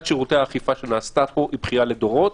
שירותי אכיפה שנעשתה פה היא בכייה לדורות.